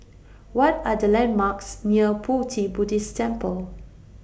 What Are The landmarks near Pu Ti Buddhist Temple